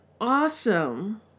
awesome